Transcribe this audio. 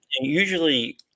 usually